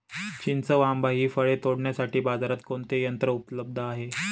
चिंच व आंबा हि फळे तोडण्यासाठी बाजारात कोणते यंत्र उपलब्ध आहे?